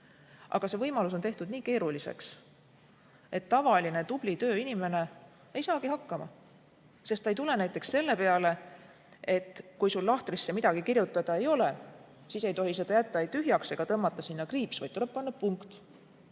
aga see võimalus on tehtud nii keeruliseks, et tavaline tubli tööinimene ei saagi hakkama. Ta ei tule näiteks selle peale, et kui sul lahtrisse midagi kirjutada ei ole, siis ei tohi seda jätta ei tühjaks ega tõmmata sinna kriipsu, vaid tuleb panna punkt.